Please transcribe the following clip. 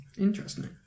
Interesting